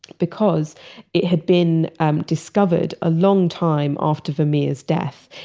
because it had been um discovered a long time after vermeer's death,